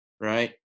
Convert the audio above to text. right